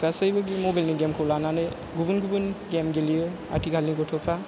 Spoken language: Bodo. गासैबो मबाइलनि गेमखौ लानानै गुबुन गुबुन गेम गेलेयो आथिखालनि गथ'फ्रा